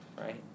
right